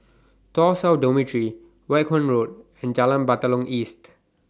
Tuas South Dormitory Vaughan Road and Jalan Batalong East